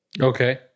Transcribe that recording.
Okay